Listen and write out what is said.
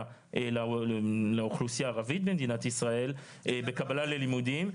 לאוכלוסייה הערבית במדינת ישראל בקבלה ללימודים,